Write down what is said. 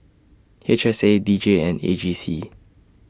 H S A D J and A G C